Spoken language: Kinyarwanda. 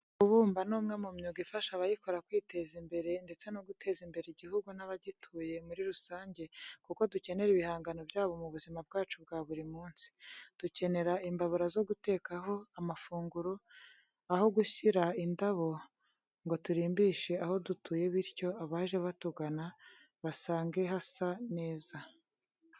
Kubumba ni umwe mu myuga ifasha abayikora kwiteza imbere ndetse no guteza imbere igihugu n'abagituye muri rusange kuko dukenera ibihangano byabo mu buzima bwacu bwa buri munsi. Dukenera imbabura zo gutekaho amafunguro, aho gushyira indabo ngo turimbishe aho dutuye bityo abaje batugana basange hasa neza.